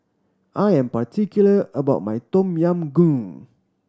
I am particular about my Tom Yam Goong